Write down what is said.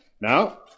Now